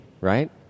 right